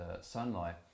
sunlight